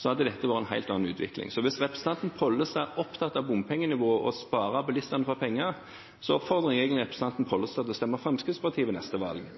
hadde det vært en helt annen utvikling. Så hvis representanten Pollestad er opptatt av bompengenivået og av å spare bilistene for penger, oppfordrer jeg egentlig representanten Pollestad til å stemme Fremskrittspartiet ved neste valg,